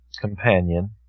companion